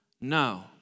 No